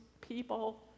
people